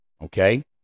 okay